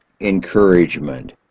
encouragement